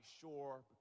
sure